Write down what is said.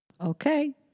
okay